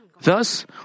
Thus